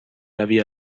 روی